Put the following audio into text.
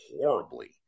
horribly